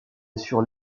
assure